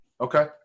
Okay